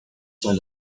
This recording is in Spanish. son